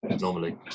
Normally